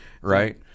right